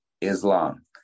Islam